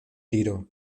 tiro